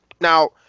Now